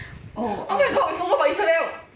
oh my god we forgot about isabel